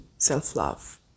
Self-love